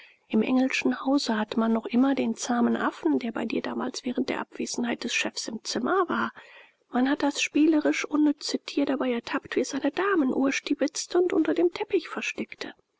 im engelschen hause hat man noch immer den zahmen affen der bei dir damals während der abwesenheit des chefs im zimmer war man hat das spielerische unnütze tier dabei ertappt wie es eine damenuhr stiebitzte und unter dem teppich versteckte